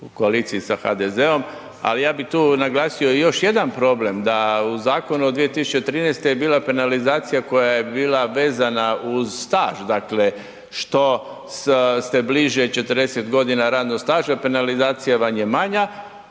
u koaliciji sa HDZ-om, ali ja bih tu naglasio još jedan problem, da u zakonu od 2013. je bila penalizacija koja je bila vezana uz staž, dakle, što ste bliže 40 godina radnog staža, penalizacija vam je manja